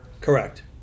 Correct